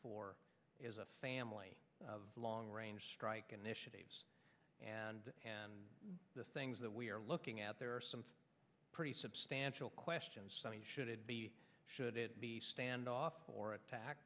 for a family of long range strike initiatives and the things that we are looking at there are some pretty substantial questions should it be should it be standoff or attack